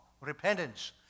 Repentance